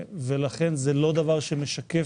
לכן זה לא דבר שמשקף